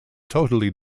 totally